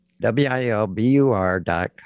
W-I-L-B-U-R.com